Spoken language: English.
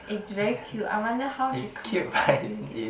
it's very cute I wonder how she comes out with it